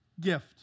gift